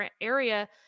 area